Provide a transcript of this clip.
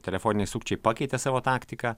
telefoniniai sukčiai pakeitė savo taktiką